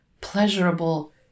pleasurable